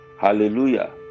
Hallelujah